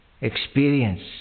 experience